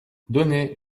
donnez